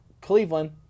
Cleveland